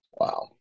Wow